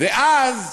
ואז